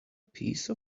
piece